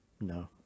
No